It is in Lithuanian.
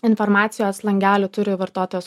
informacijos langelių turi vartotojas